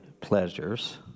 pleasures